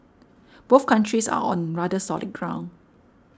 both countries are on rather solid ground